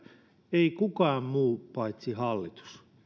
ei kukaan muu paitsi hallitus